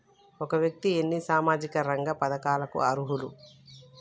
ఒక వ్యక్తి ఎన్ని సామాజిక రంగ పథకాలకు అర్హులు?